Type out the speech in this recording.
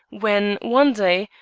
when, one day,